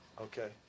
Okay